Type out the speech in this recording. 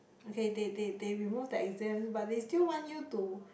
okay they they they remove the exams but they still want you to